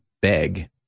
beg